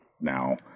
now